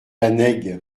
annaig